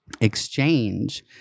exchange